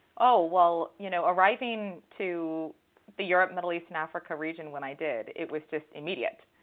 oh, well, you know, arriving to the europe, middle east and africa region when i did, it was just immediate.